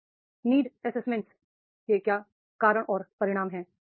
तो need assessment के क्या कारण और परिणाम हैं